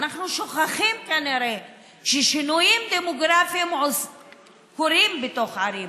אנחנו שוכחים כנראה שקורים שינויים דמוגרפיים בתוך ערים.